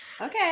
Okay